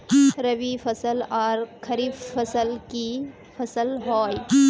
रवि फसल आर खरीफ फसल की फसल होय?